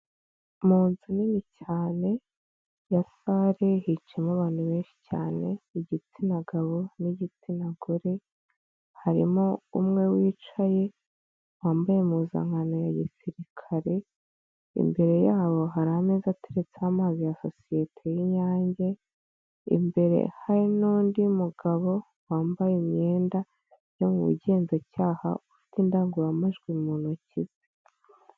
Mu nzu nini cyane ya salle hicayemo abantu benshi cyane igitsina gabo n'igitsina gore harimo umwe wicaye wambaye impuzankano ya gisirikare imbere yabo hari ameza ateretseho amazi ya sociyete y'inyange imbere hari n'undi mugabo wambaye imyenda yo mu bugenzacyaha ufite indangururamajwi mu ntoki ze.